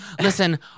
listen